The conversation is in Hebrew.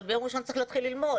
אבל ביום ראשון צריך להתחיל ללמוד,